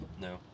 No